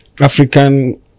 African